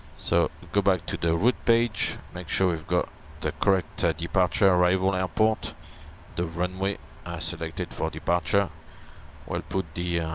so go back to the route page make sure you've got the correct departure arrival and airport the runway ah selected for departure we'll put the yeah